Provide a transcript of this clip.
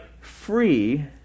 free